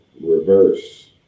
reverse